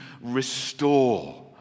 restore